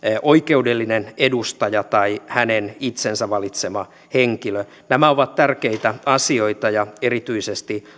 oikeudellinen edustaja tai hänen itsensä valitsema henkilö nämä ovat tärkeitä asioita ja erityisesti